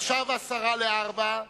עכשיו 15:50,